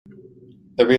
these